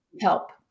help